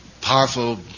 powerful